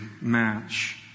match